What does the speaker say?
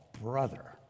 brother